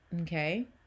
Okay